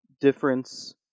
difference